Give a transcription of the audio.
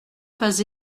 pas